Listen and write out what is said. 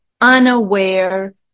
unaware